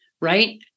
Right